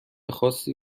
خاصی